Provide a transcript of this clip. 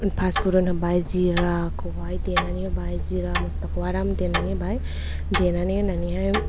फासफुरन होबाय जिराखौहाय देनानै होबाय जिरा मसलाखौ आराम देना होबाय